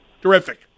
Terrific